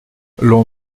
l’on